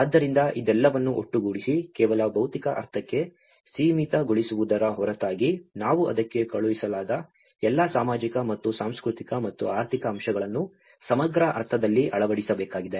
ಆದ್ದರಿಂದ ಇದೆಲ್ಲವನ್ನೂ ಒಟ್ಟುಗೂಡಿಸಿ ಕೇವಲ ಭೌತಿಕ ಅರ್ಥಕ್ಕೆ ಸೀಮಿತಗೊಳಿಸುವುದರ ಹೊರತಾಗಿ ನಾವು ಅದಕ್ಕೆ ಕಳುಹಿಸಲಾದ ಎಲ್ಲಾ ಸಾಮಾಜಿಕ ಮತ್ತು ಸಾಂಸ್ಕೃತಿಕ ಮತ್ತು ಆರ್ಥಿಕ ಅಂಶಗಳನ್ನು ಸಮಗ್ರ ಅರ್ಥದಲ್ಲಿ ಅಳವಡಿಸಬೇಕಾಗಿದೆ